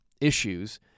issues